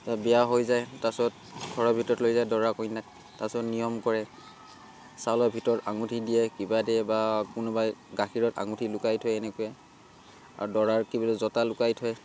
তাত বিয়া হৈ যায় তাৰপাছত ঘৰ ভিতৰত লৈ যায় দৰা কইনাত তাৰপাছত নিয়ম কৰে চাউলৰ ভিতৰত আঙুঠি দিয়ে কিবা দিয়ে বা কোনোবাই গাখীৰত আঙুঠি লুকাই থয় এনেকৈ আৰু দৰাৰ কি বুলি কয় জতা লুকাই থয়